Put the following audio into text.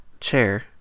chair